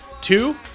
Two